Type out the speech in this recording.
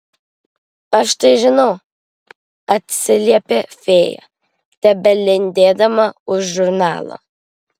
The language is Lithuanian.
aš tai žinau atsiliepia fėja tebelindėdama už žurnalo